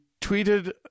tweeted